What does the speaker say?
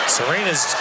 Serena's